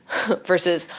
versus,